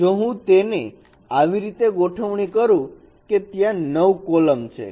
જો હું તેની એવી રીતે ગોઠવણી કરું કે ત્યાં 9 કોલમ છે